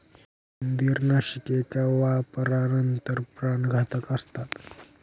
उंदीरनाशके एका वापरानंतर प्राणघातक असतात